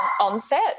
onset